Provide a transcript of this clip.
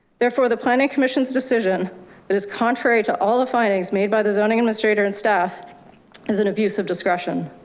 therefore the planning commission's decision that is contrary to all the findings made by the zoning administrator and staff is an abuse of discretion.